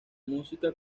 música